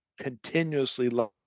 continuously